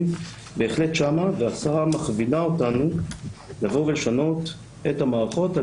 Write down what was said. בהחלט שם והשרה מכווינה אותנו לשנות את המערכות על